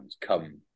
come